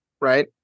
right